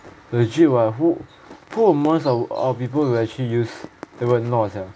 legit [what] who who most of the people will actually use the word 诺 sia